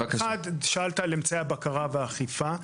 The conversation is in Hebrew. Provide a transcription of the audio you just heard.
שאלת על אמצעי הבקרה והאכיפה.